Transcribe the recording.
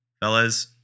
Fellas